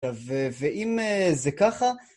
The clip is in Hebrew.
ואם זה ככה...